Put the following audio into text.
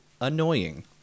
annoying